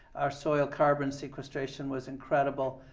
our soil carbon sequestration was incredible.